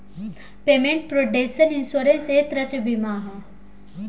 payment protection insurance एक तरह के बीमा ह